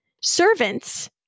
Servants